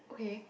okay